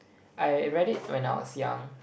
I read it when I was young